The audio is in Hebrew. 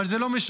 אבל זה לא משנה.